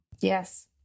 Yes